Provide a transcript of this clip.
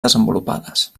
desenvolupades